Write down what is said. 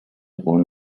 own